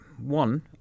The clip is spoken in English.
One